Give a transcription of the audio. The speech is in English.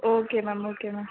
okay ma'am okay ma'am